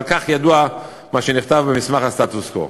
על כך ידוע מה שנכתב במסמך הסטטוס-קוו.